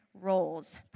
roles